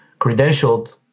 credentialed